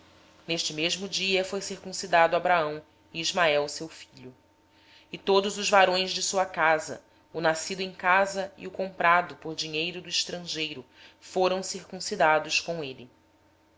no mesmo dia foram circuncidados abraão e seu filho ismael e todos os homens da sua casa assim os nascidos em casa como os comprados por dinheiro ao estrangeiro foram circuncidados com ele